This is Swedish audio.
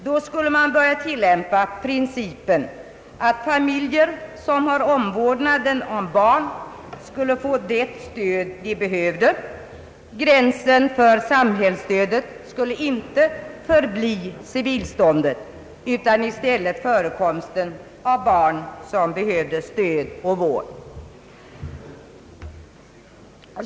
Då skulle man börja tillämpa principen att familjer som har omvårdnaden om barn skulle få det stöd de behövde. Gränsen för samhällsstödet skulle inte förbli civilståndet utan i stället förekomsten av barn som behövde stöd och vård.